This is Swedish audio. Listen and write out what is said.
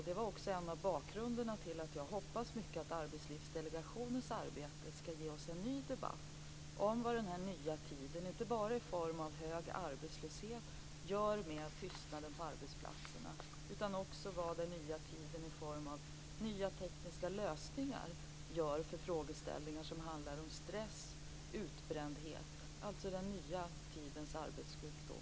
Det är också en del av bakgrunden till att jag hoppas mycket på att Arbetslivsdelegationens arbete skall ge oss en ny debatt - inte bara om vad den nya tiden i form av hög arbetslöshet gör med tystnaden på arbetsplatserna utan också om vad den nya tiden i form av nya tekniska lösningar gör för frågeställningar som handlar om stress och utbrändhet, dvs. den nya tidens arbetssjukdomar.